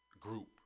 group